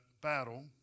battle